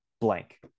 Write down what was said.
blank